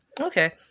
Okay